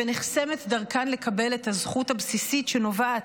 ונחסמת דרכן לקבל את הזכות הבסיסית שנובעת,